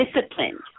disciplined